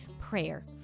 prayer